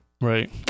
Right